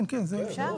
כן, כן, זה יופיע.